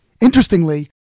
Interestingly